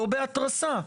לא בהתרסה,